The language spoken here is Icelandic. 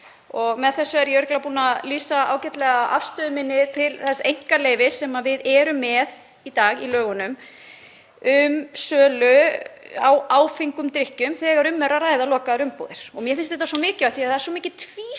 Með þessu er ég örugglega búin að lýsa ágætlega afstöðu minni til þess einkaleyfis sem við erum með í dag í lögunum um sölu á áfengum drykkjum þegar um er að ræða lokaðar umbúðir. Mér finnst þetta svo mikilvægt því það er svo mikill